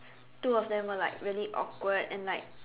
two of them were like really awkward and like